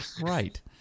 right